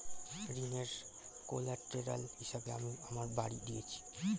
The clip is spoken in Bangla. ঋনের কোল্যাটেরাল হিসেবে আমি আমার বাড়ি দিয়েছি